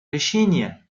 решений